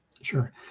Sure